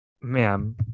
ma'am